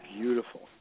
Beautiful